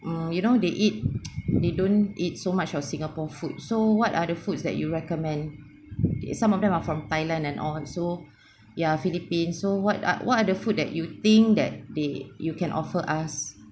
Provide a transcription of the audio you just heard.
mm you know they eat they don't eat so much of singapore food so what are the foods that you recommend it some of them are from thailand and all so ya philippine so what are what are the food that you think that they you can offer us